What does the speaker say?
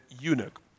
eunuch